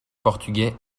portugais